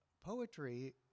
poetry